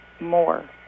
more